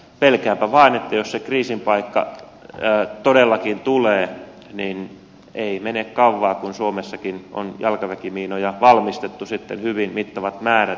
pelkäänpä vaan että jos se kriisin paikka todellakin tulee niin ei mene kauan kun suomessakin on jalkaväkimiinoja valmistettu sitten hyvin mittavat määrät